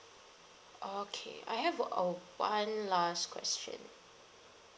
okay I have a one last question